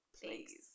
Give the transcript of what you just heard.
Please